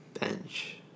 bench